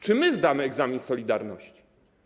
Czy my zdamy egzamin z solidarności?